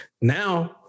Now